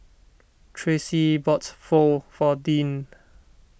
Tracy bought Pho for Deann